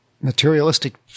materialistic